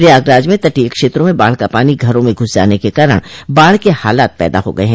प्रयागराज में तटीय क्षेत्रों में बाढ का पानी घरों में घुस जाने के कारण बाढ के हालात पैदा हो गये हैं